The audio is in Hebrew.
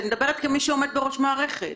אני שואלת אותך כמי שעומד בראש מערכת.